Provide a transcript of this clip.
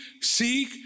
seek